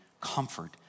comfort